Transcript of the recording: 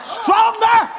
stronger